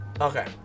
Okay